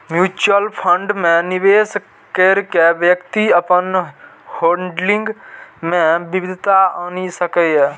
mutual fund मे निवेश कैर के व्यक्ति अपन होल्डिंग मे विविधता आनि सकैए